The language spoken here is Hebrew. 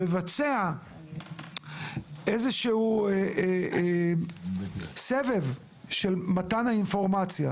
מבצע איזהו סבב של מתן האינפורמציה?